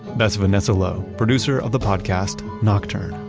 that's vanessa lowe, producer of the podcast nocturne.